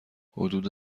حدود